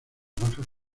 bajas